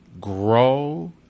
grow